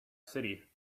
city